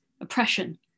oppression